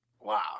wow